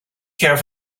care